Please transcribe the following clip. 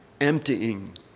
emptying